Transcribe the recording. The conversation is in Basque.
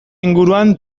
inguruan